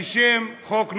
בשם החוק הנורבגי.